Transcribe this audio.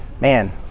Man